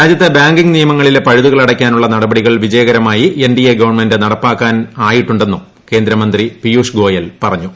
രാജ്യത്തെ ബാങ്കിംഗ് നിയമങ്ങളിലെ പഴുതുകൾ അടയ്ക്കാനുള്ള നടപടികൾ വിജയകരമായി എൻഡിഎ ഗവൺമെന്റിന് നടപ്പാക്കാനായെന്നും കേന്ദ്രമന്ത്രി പിയൂഷ്ഗോയൽ പറഞ്ഞു